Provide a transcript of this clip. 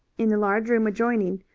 in the large room adjoining,